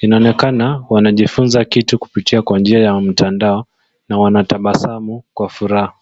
Inaonekana wanajifunza kitu kupitia kwa njia ya mtandao na wanatabasamu kwa furaha.